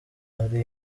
ari